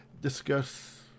discuss